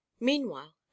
Meanwhile